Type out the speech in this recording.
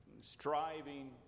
striving